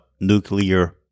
nuclear